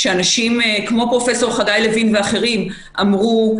כשאנשים כמו פרופ' חגי לויו ואחרים אמרו,